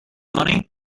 money